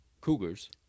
Cougars